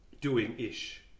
doing-ish